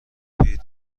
پیر